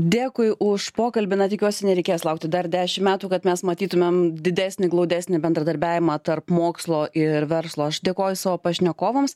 dėkui už pokalbį na tikiuosi nereikės laukti dar dešim metų kad mes matytumėm didesnį glaudesnį bendradarbiavimą tarp mokslo ir verslo aš dėkoju savo pašnekovams